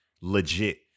Legit